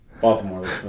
Baltimore